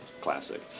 classic